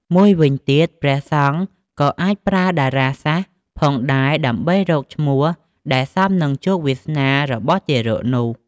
មួយវិញទៀតព្រះសង្ឃក៏អាចប្រើតារាសាស្ត្រផងដែរ ដើម្បីរកឈ្មោះដែលសមនឹងជោគវាសនារបស់ទារកនោះ។